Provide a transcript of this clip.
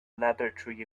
laboratory